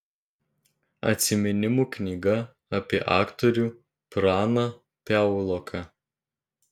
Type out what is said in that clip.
atsiminimų knyga apie aktorių praną piauloką